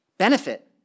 Benefit